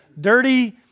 dirty